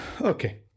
okay